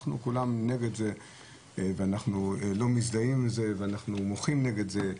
אנחנו כולם נגד זה ואנחנו לא מזדהים עם זה ואנחנו מוחים נגד זה,